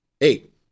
Eight